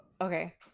okay